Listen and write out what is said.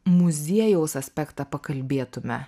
muziejaus aspektą pakalbėtume